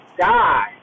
die